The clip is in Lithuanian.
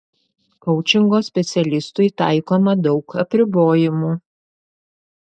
koučingo specialistui taikoma daug apribojimų